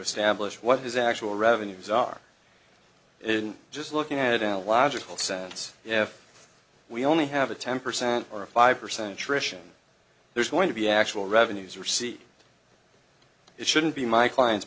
establish what his actual revenues are isn't just looking at al logical sense if we only have a ten percent or a five percent trisha there's going to be actual revenues or see it shouldn't be my client